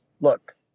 look